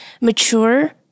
mature